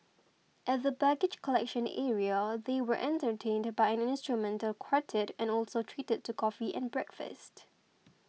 at the baggage collection area they were entertained by an instrumental quartet and also treated to coffee and breakfast